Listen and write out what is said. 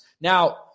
Now